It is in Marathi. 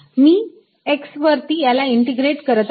मी x वरती याला इंटिग्रेट करत आहे